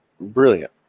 Brilliant